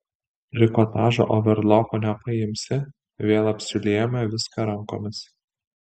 trikotažo overloku nepaimsi vėl apsiūlėjome viską rankomis